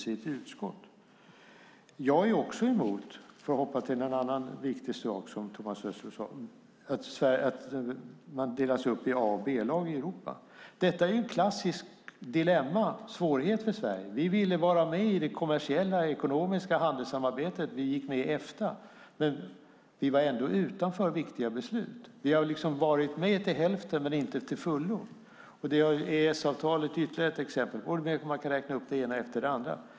För att hoppa till något annat viktigt som Thomas Östros sade: Även jag är emot att man i Europa delas upp i A och B-lag. Det är ett klassiskt dilemma och en svårighet för Sverige. Vi ville vara med i det kommersiella och ekonomiska handelssamarbetet och gick med i Efta. Men vi var ändå utanför viktiga beslut. Vi har liksom varit med till hälften men inte till fullo. EES-avtalet är ytterligare ett exempel, och man kan räkna upp det ena efter det andra.